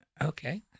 okay